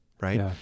right